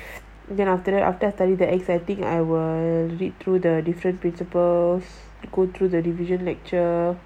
then after that after I study the exciting I will read through the different principals go through the revision lecture